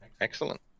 Excellent